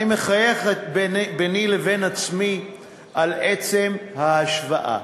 אני מחייך ביני לבין עצמי על עצם ההשוואה.